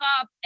up